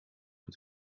het